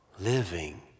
living